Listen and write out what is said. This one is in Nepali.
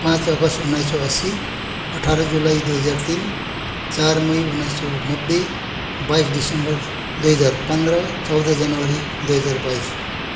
पाँच अगस्त उन्नाइस सौ अस्सी अठार जुलाई दुई हजार तिन चार मई उन्नाइस सौ नब्बे बाइस दिसम्बर दुई हजार पन्ध्र चौध जनवरी दुई हजार बाइस